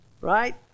Right